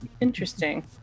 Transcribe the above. Interesting